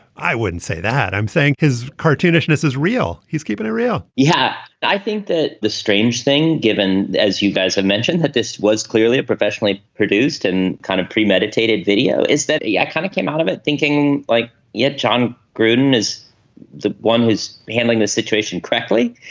i wouldn't say that. i'm saying is cartoonish this is real. he's keeping it real yeah i think that the strange thing given as you guys have mentioned that this was clearly a professionally produced and kind of premeditated video is that he yeah kind of came out of it thinking like yeah jon gruden is the one who is handling the situation correctly.